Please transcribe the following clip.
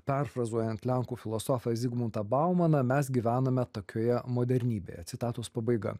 perfrazuojant lenkų filosofą zigmuntą baumaną mes gyvename takioje modernybėje citatos pabaiga